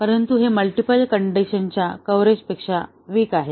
परंतु हे मल्टीपल कंडिशनच्या कव्हरेजपेक्षा विकर आहेत